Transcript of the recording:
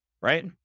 right